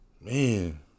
Man